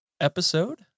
Episode